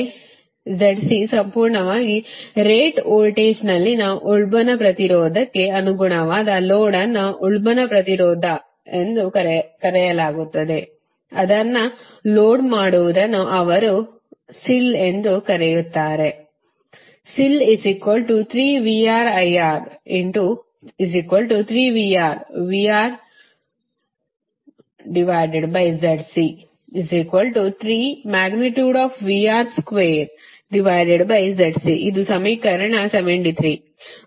ಆದ್ದರಿಂದ Zc ಸಂಪೂರ್ಣವಾಗಿ rate ವೋಲ್ಟೇಜ್ನಲ್ಲಿನ ಉಲ್ಬಣ ಪ್ರತಿರೋಧಕ್ಕೆ ಅನುಗುಣವಾದ ಲೋಡ್ ಅನ್ನು ಉಲ್ಬಣ ಪ್ರತಿರೋಧಕ್ಕೆ ಎಂದು ಕರೆಯಲಾಗುತ್ತದೆ ಅದನ್ನು ಲೋಡ್ ಮಾಡುವುದನ್ನು ಅವರು ಅದನ್ನು SIL ಎಂದು ಕರೆಯುತ್ತಾರೆ ಇದು ಸಮೀಕರಣ 73